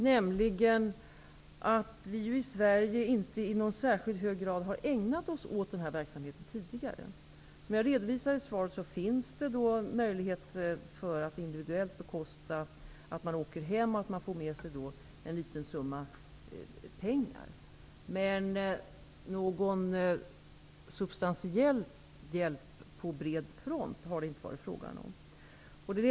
I Sverige har vi ju inte i någon särskilt hög grad ägnat oss åt den här verksamheten tidigare. Som jag redovisade i svaret finns möjligheter att ge en liten summa pengar för reskostnader samt för uppehälle under de första dygnen. Men någon substantiell hjälp på bred front har det inte varit fråga om.